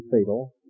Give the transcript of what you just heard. fatal